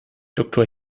doktor